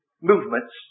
movements